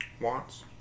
wants